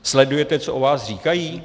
Sledujete, co o vás říkají?